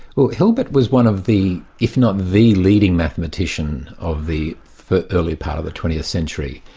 well hilbert was one of the, if not the leading mathematician of the the early part of the twentieth century,